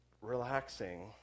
relaxing